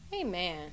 amen